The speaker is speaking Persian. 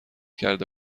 کرده